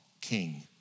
king